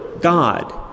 God